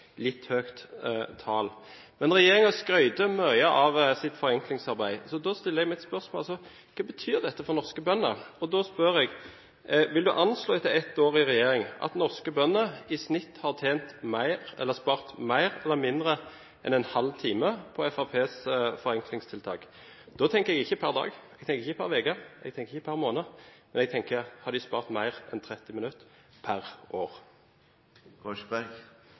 litt høyt tall. Men når regjeringen skryter mye av sitt forenklingsarbeid, stiller jeg meg spørsmålet: Hva betyr dette for norske bønder? Og da spør jeg: Vil representanten Korsberg anslå, etter ett år i regjering, at norske bønder i snitt har spart mer eller mindre enn en halv time på Fremskrittspartiets forenklingstiltak? Da tenker jeg ikke per dag, jeg tenker ikke per uke, jeg tenker ikke per måned, men jeg tenker: Har de spart mer enn 30 minutter per